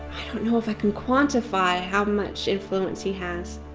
know if i can quantify how much influence he has.